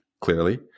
clearly